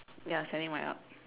ya standing right up